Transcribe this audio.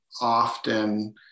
often